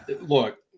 Look